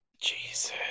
Jesus